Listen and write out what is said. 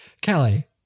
Kelly